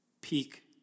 peak